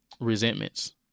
Resentments